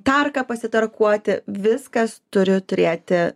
tarką pasitarkuoti viskas turi turėti